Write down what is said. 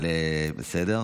אבל בסדר.